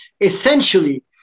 essentially